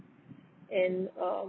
and um